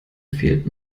fehlt